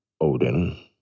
Odin